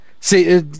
see